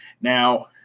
Now